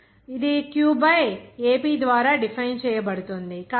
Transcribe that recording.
కాబట్టి ఇది Q by Ap ద్వారా డిఫైన్ చేయబడుతుంది